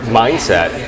mindset